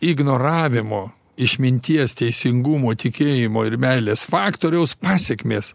ignoravimo išminties teisingumo tikėjimo ir meilės faktoriaus pasekmės